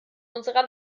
unserer